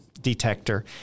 detector